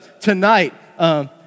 tonight